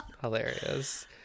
Hilarious